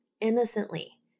innocently